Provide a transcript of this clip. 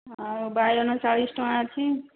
ଆଉ ବାଇଗଣ ଚାଳିଶ ଟଙ୍କା ଅଛି